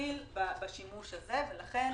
מתחיל בשימוש הזה, ולכן